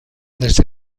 desde